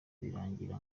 birangira